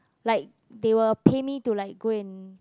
like they will pay me to like go and